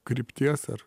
krypties ar